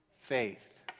faith